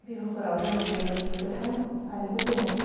बिहुफोराव जों बे गोथां फालिखौ जों